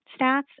stats